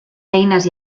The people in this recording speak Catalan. eines